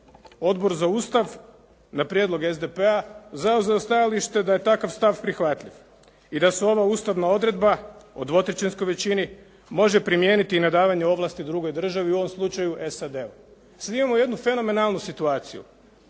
Odbor za Ustav na prijedlog SDP-a zauzeo stajalište da je takav stav prihvatljiv i da se ova ustavna odredba o dvotrećinskoj većini može primijeniti i na davanje ovlasti drugoj državi u ovom slučaju SAD-u. Sad imamo jednu fenomenalnu situaciju